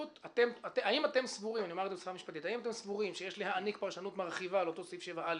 אתם סבורים שיש להעניק פרשנות מרחיבה לאותו סעיף 7א